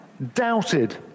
doubted